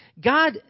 God